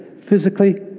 physically